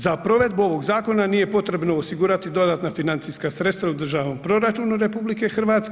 Za provedbu ovog zakona nije potrebno osigurati dodatna financijska sredstva u Državnom proračunu RH.